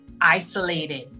isolated